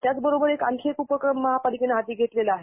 त्याचबरोबर आणखी एक उपक्रम महापालिकेने हाती घेतला आहे